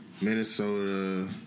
Minnesota